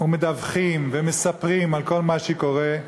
מדווחים ומספרים על כל מה שקורה,